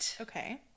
okay